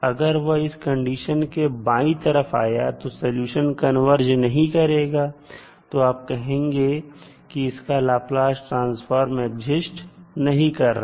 अगर वह इस कंडीशन के बाई तरफ आया तो सलूशन कन्वर्ज नहीं करेगा तो आप कहेंगे कि आपका लाप्लास ट्रांसफॉर्म एक्जिस्ट नहीं कर रहा